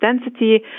density